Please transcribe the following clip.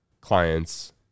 clients